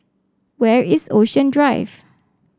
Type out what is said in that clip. where is Ocean Drive